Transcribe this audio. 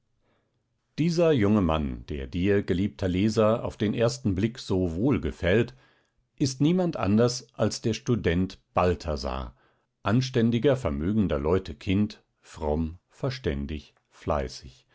dieser junge mann der dir geliebter leser auf den ersten blick so wohlgefällt ist niemand anders als der student balthasar anständiger vermögender leute kind fromm verständig fleißig